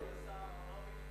אני הלכתי לשר אהרונוביץ,